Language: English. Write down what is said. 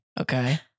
Okay